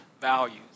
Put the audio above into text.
values